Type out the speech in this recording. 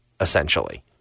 essentially